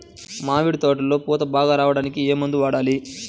మామిడి తోటలో పూత బాగా రావడానికి ఏ మందు వాడాలి?